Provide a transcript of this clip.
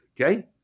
okay